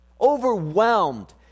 overwhelmed